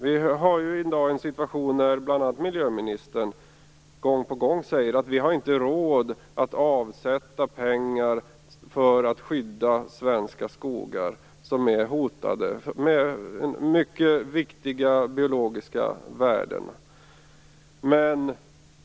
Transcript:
Vi har en situation där bl.a. miljöministern gång på gång säger att vi inte har råd att avsätta pengar för att skydda svenska skogar med mycket viktiga hotade biologiska värden.